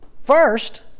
First